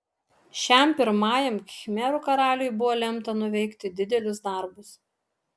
šiam pirmajam khmerų karaliui buvo lemta nuveikti didelius darbus